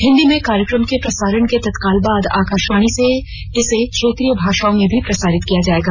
हिन्दी में कार्यक्रम के प्रसारण के तत्काल बाद आकाशवाणी से इसे क्षेत्रीय भाषाओं में भी प्रसारित किया जाएगा